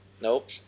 Nope